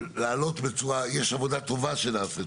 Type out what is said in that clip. יש עבודה טובה שנעשית,